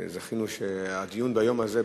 זכינו שהדיון ביום הזה,